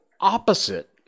opposite